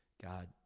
God